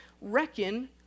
reckon